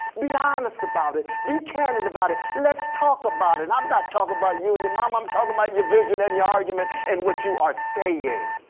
be honest about it, be candid about it. let's talk about it. i'm not talking about you and your mom, i'm talking about your vision and yeah argument, and what you are saying.